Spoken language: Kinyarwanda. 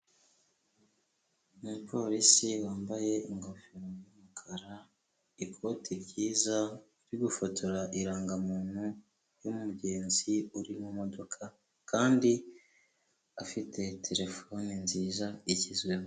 Umupolisi wambaye ingofero y'umukara, ikote ryiza, uri gufotora irangamuntu y'umugenzi uri mu modoka, kandi afite terefone nziza igezweho.